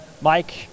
Mike